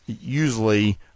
Usually